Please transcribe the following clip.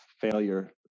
failure